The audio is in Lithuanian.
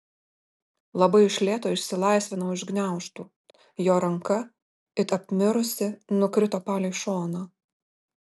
labai iš lėto išsilaisvinau iš gniaužtų jo ranka it apmirusi nukrito palei šoną